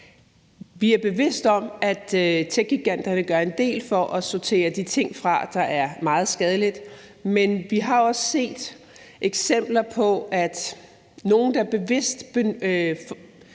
Vi er bevidste om, at techgiganterne gør en del for at sortere de ting fra, der er meget skadelige, men vi har også set eksempler på, at nogle, der bevidst